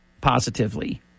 positively